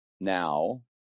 now